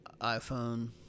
iPhone